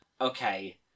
Okay